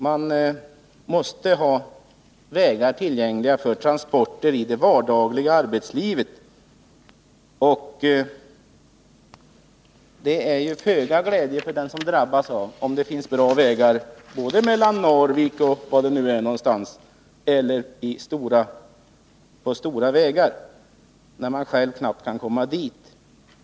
Man måste ha vägar tillgängliga för transporter i det vardagliga arbetslivet. Det är till föga glädje för den som drabbas att det finns bra vägar på annat håll, mellan Kiruna och Narvik eller var det kan vara någonstans, eller att den stora vägen är bra, om han själv knappt kan komma dit.